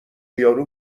یارو